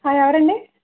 ఎవరండి